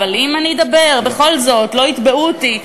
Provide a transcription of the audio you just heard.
אבל אם אני אדבר בכל זאת לא יתבעו אותי.